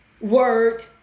word